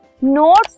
notes